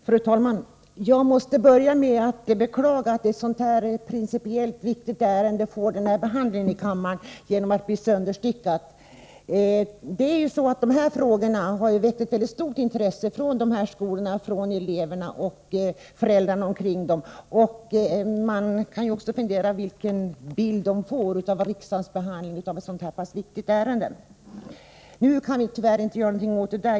Fru talman! Jag måste börja med att beklaga att ett principiellt så viktigt ärende som detta får en sådan behandling i kammaren att debatten blir sönderstyckad. De här frågorna har väckt mycket stort intresse i skolorna och hos eleverna och föräldrarna. Man kan fundera över vilken bild de får av riksdagsbehandlingen av ett så här pass viktigt ärende. Tyvärr kan vi nu inte göra någonting åt detta.